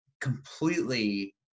completely